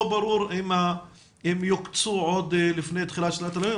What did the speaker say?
לא ברור אם יוקצו לפני תחילת שנת הלימודים